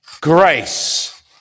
grace